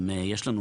אם יש לנו,